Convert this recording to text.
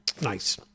Nice